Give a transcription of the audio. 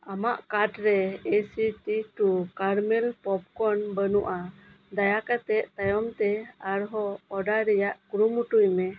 ᱟᱢᱟᱜ ᱠᱟᱴ ᱨᱮ A C T two caramel popcorn ᱵᱟᱹᱱᱩᱜᱼᱟ ᱫᱟᱭᱟ ᱠᱟᱛᱮᱫ ᱛᱟᱭᱚᱢᱛᱮ ᱟᱨᱦᱚᱸ ᱚᱰᱟᱨ ᱨᱮᱭᱟᱜ ᱠᱩᱨᱩᱢᱩᱴᱩᱭ ᱢᱮ